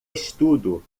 estudo